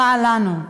רע לנו.